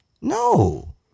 No